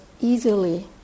easily